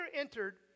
entered